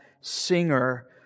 singer